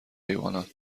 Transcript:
حیوانات